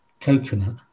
coconut